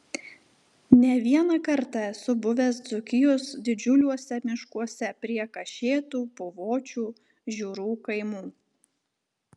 ne vieną kartą esu buvęs dzūkijos didžiuliuose miškuose prie kašėtų puvočių žiūrų kaimų